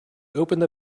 opened